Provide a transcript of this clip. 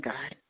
God